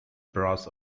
brass